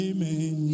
Amen